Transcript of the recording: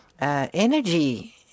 energy